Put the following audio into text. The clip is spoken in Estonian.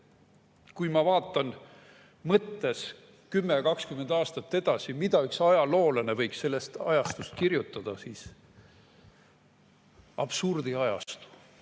Kui ma vaatan mõttes 10–20 aastat edasi, mida üks ajaloolane võiks siis sellest ajastust kirjutada, siis kõige